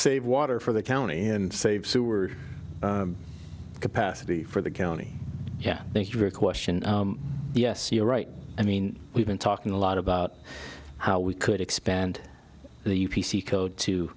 save water for the county and save sewer capacity for the county yeah thank you very question yes you're right i mean we've been talking a lot about how we could expand the u p c code to